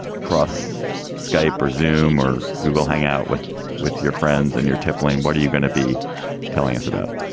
across skype or zoom or google hangout with with your friends and your tippling, what are you going to be telling us about?